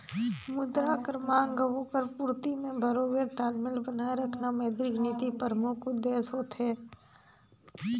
मुद्रा कर मांग अउ ओकर पूरती में बरोबेर तालमेल बनाए रखना मौद्रिक नीति परमुख उद्देस होथे